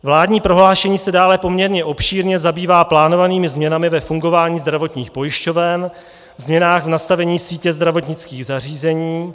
Vládní prohlášení se dále poměrně obšírně zabývá plánovanými změnami ve fungování zdravotních pojišťoven, změnách v nastavení sítě zdravotnických zařízení.